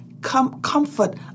comfort